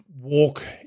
walk